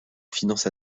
finance